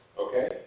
Okay